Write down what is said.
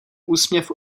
úsměv